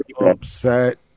upset